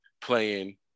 playing